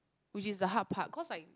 which is the hard part cause I